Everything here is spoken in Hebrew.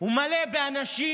הוא מלא באנשים,